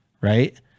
Right